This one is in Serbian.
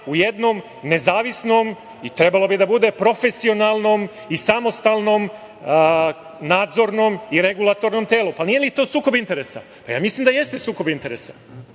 u jednom nezavisnom i trebalo bi da bude profesionalnom i samostalnom nadzornom i regulatornom telu. Zar to nije sukob interesa? Mislim da jeste sukob interesa.